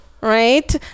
right